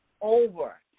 over